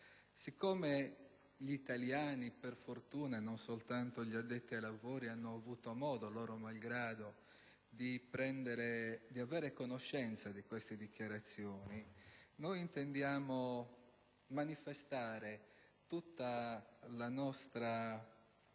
fortuna, gli italiani, e non soltanto gli addetti ai lavori, hanno avuto modo, loro malgrado, di avere conoscenza di tali dichiarazioni, intendiamo manifestare tutta la nostra